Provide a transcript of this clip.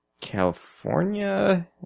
California